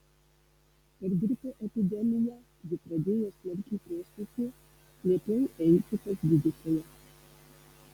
per gripo epidemiją ji pradėjo smarkiai kosėti liepiau eiti pas gydytoją